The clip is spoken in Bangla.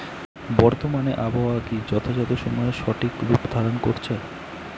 বর্তমানে আবহাওয়া কি যথাযথ সময়ে সঠিক রূপ ধারণ করছে?